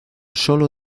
solo